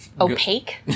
Opaque